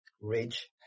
ridge